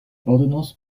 ordonnance